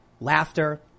Laughter